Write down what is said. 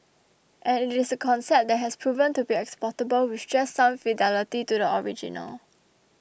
and it is a concept that has proven to be exportable with just some fidelity to the original